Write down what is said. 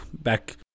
back